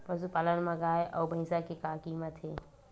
पशुपालन मा गाय अउ भंइसा के का कीमत हे?